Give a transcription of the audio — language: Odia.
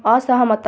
ଅସହମତ